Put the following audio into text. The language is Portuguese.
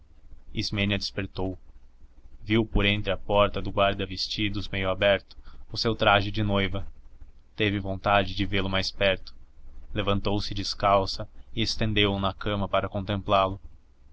ismênia despertou viu por entre a porta do guarda vestidos meio aberto o seu traje de noiva teve vontade de vê-lo mais de perto levantou-se descalça e estendeu o na cama para contemplá lo